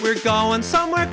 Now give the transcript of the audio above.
we're going somewhere